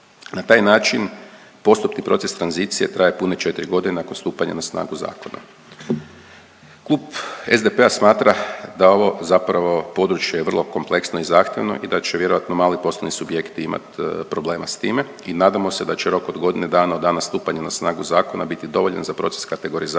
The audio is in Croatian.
Na taj način postupni proces tranzicije traje pune četri godine nakon stupanja na snagu zakona. Klub SDP-a smatra da ovo zapravo područje je vrlo kompleksno i zahtjevno i da će vjerojatno mali poslovni subjekti imat problema s time i nadamo se da će rok od godine dana od dana stupanja na snagu zakona biti dovoljan za proces kategorizacije